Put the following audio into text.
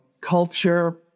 culture